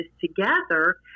together